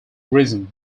reason